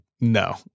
No